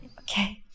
Okay